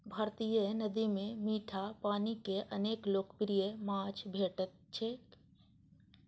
भारतीय नदी मे मीठा पानिक अनेक लोकप्रिय माछ भेटैत छैक